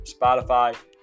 Spotify